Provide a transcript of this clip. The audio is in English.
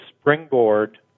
springboard